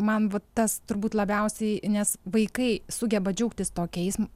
man va tas turbūt labiausiai nes vaikai sugeba džiaugtis tokiais